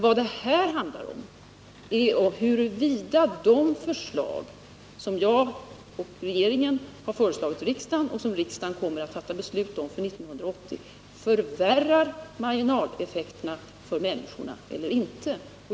Vad det här handlar om är huruvida det förslag som jag och regeringen har framlagt för riksdagen och som riksdagen kommer att fatta beslut om för 1980 förvärrar marginaleffekterna för människorna eller inte.